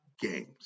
games